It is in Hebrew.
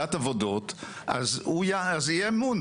לתחילת עבודות, אז יהיה אמון.